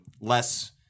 less